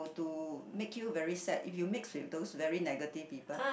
to make you very sad if you mix with those very negative people